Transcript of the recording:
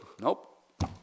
nope